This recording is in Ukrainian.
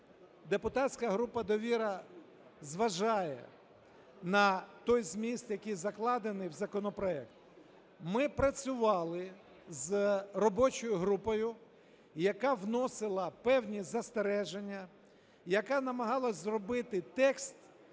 депутатська група "Довіра" зважає на той зміст, який закладений в законопроект. Ми працювали з робочою групою, яка вносила певні застереження, яка намагалась зробити текст